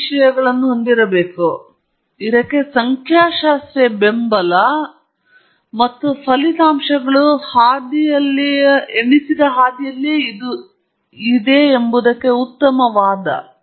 ಆದ್ದರಿಂದ ಮತ್ತೆ ಯಾವುದೇ ವಿಶಿಷ್ಟ ಉತ್ತರ ಇಲ್ಲ ಆದರೆ ಕೊನೆಯಲ್ಲಿ ನೀವು ವರದಿ ಮಾಡಿದ ಅಂತಿಮ ಫಲಿತಾಂಶಗಳು ಎರಡು ವಿಷಯಗಳನ್ನು ಹೊಂದಿರಬೇಕು ಇದಕ್ಕೆ ಸಂಖ್ಯಾಶಾಸ್ತ್ರೀಯ ಬೆಂಬಲ ಮತ್ತು ನೀವು ಈ ಫಲಿತಾಂಶಗಳನ್ನು ವರದಿ ಮಾಡಲು ನಿರ್ಧರಿಸಿದ್ದಕ್ಕಾಗಿ ಮತ್ತು ಏಕೆ ಫಲಿತಾಂಶಗಳು ಹಾದಿಯಲ್ಲಿವೆ ಎಂಬುದಕ್ಕೆ ಒಂದು ಉತ್ತಮ ವಾದ ಅವರು